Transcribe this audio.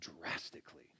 drastically